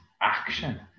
action